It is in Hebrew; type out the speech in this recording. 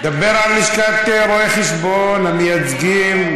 דבר על לשכת רואי חשבון המייצגים,